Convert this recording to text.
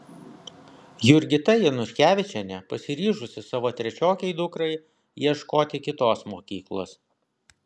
jurgita januškevičienė pasiryžusi savo trečiokei dukrai ieškoti kitos mokyklos